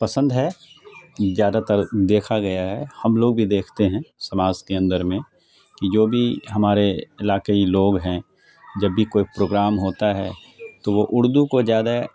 پسند ہے زیادہ تر دیکھا گیا ہے ہم لوگ بھی دیکھتے ہیں سماج کے اندر میں کہ جو بھی ہمارے علاقائی لوگ ہیں جب بھی کوئی پروگرام ہوتا ہے تو وہ اردو کو زیادہ